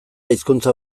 hizkuntza